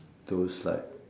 those like